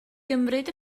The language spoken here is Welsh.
gymryd